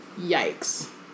yikes